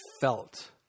felt